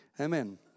Amen